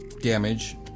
damage